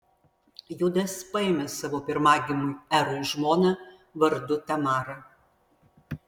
judas paėmė savo pirmagimiui erui žmoną vardu tamara